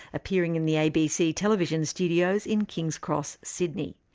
appearing in the abc television studios in kings cross, sydney.